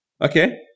Okay